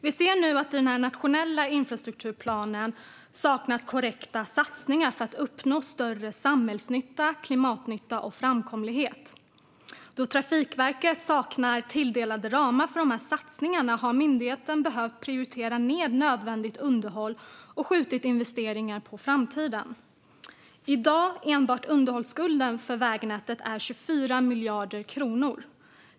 Vi ser nu att det i den nationella infrastrukturplanen saknas korrekta satsningar för att uppnå större samhällsnytta, klimatnytta och framkomlighet. Då Trafikverket saknar tilldelade ramar för de satsningarna har myndigheten behövt prioritera ned nödvändigt underhåll och skjutit investeringar på framtiden. I dag är enbart underhållsskulden för vägnätet 24 miljarder kronor.